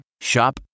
Shop